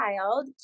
child